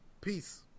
Peace